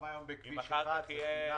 גם היום בכביש 1 זה חינם.